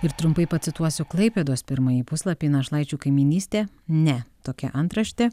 ir trumpai pacituosiu klaipėdos pirmąjį puslapį našlaičių kaimynystė ne tokia antrašte